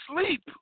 sleep